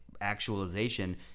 actualization